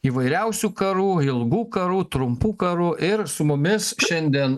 įvairiausių karų ilgų karų trumpų karų ir su mumis šiandien